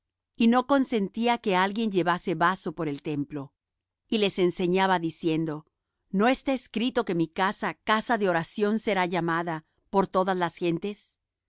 y no consentía que alguien llevase vaso por el templo y les enseñaba diciendo no está escrito que mi casa casa de oración será llamada por todas las gentes